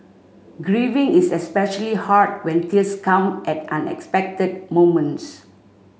grieving is especially hard when tears come at unexpected moments